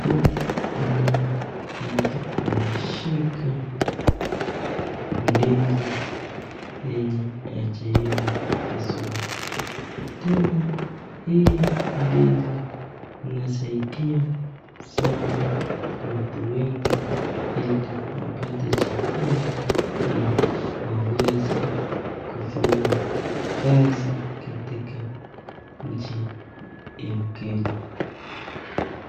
Huku kuna mtu ameshika ndizi yenye haijaiva vizuri, tena hii ndizi inasaidia sana watu wengi ili wapate chakula na waweze kufanya kazi katika nchi ya kenya.